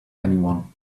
anyone